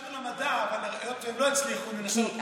חשבנו למדע, אבל היות שהם לא הצליחו, ננסה לפנים.